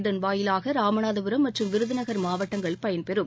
இதன்வாயிலாக ராமநாதபுரம் மற்றும் விருதுநகர் மாவட்டங்கள் பயன்பெறும்